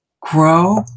grow